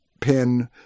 pin